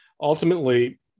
Ultimately